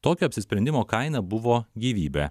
tokio apsisprendimo kaina buvo gyvybė